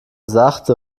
sachte